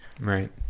right